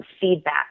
feedback